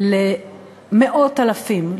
למאות אלפים,